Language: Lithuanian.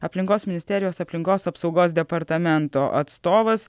aplinkos ministerijos aplinkos apsaugos departamento atstovas